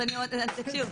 אז תקשיבו,